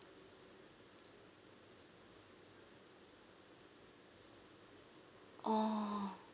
orh